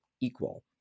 equal